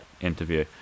interview